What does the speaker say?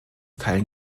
teilen